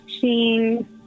seeing